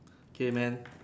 okay man